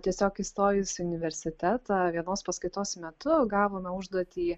tiesiog įstojus į universitetą vienos paskaitos metu gavome užduotį